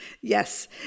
Yes